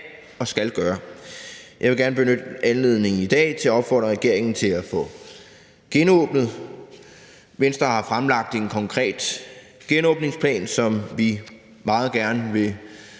og skal gøre. Jeg vil gerne benytte anledningen i dag til at opfordre regeringen til at få genåbnet. Venstre har fremlagt en konkret genåbningsplan, som vi meget gerne